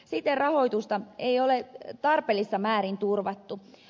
siten rahoitusta ei ole tarpeellisessa määrin turvattu